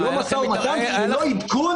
ללא משא ומתן וללא עדכון